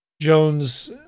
jones